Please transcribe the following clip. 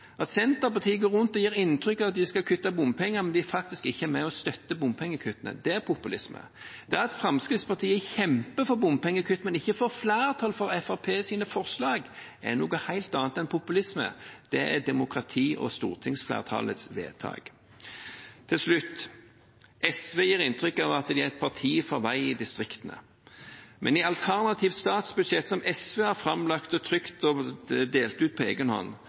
går rundt og gir inntrykk av at de skal kutte bompenger, mens de faktisk ikke er med og støtter bompengekuttene. Det er populisme. Det at Fremskrittspartiet kjemper for bompengekutt, men ikke får flertall for sine forslag, er noe helt annet enn populisme. Det er demokrati og stortingsflertallets vedtak. Til slutt: SV gir inntrykk av at de er et parti for vei i distriktene. Men i det alternative statsbudsjettet som SV har framlagt, trykket og delt ut på